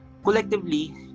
Collectively